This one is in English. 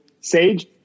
Sage